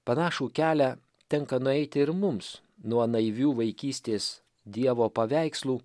panašų kelią tenka nueiti ir mums nuo naivių vaikystės dievo paveikslų